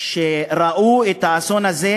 שראו את האסון הזה,